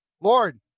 Lord